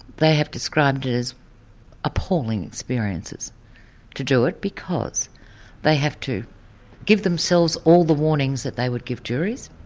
they have described it as appalling experiences to do it, because they have to give themselves all the warnings that they would give juries,